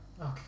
okay